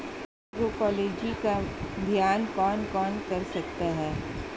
Agroecology का अध्ययन कौन कौन कर सकता है?